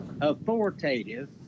authoritative